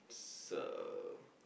so